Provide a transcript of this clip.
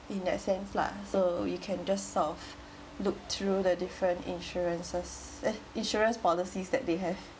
in that sense lah so you can just sort of look through the different insurances eh insurance policies that they have